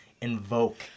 invoke